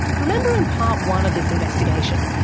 remember in part one of this investigation,